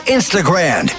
Instagram